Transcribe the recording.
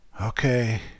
okay